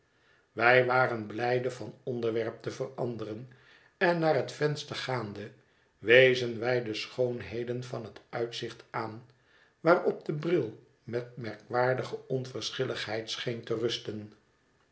wij waren blijde van onderwerp te veranderen en naar het venster gaande wezen wij de schoonheden van het uitzicht aan waarop de bril met merkwaardige onverschilligheid scheen te rusten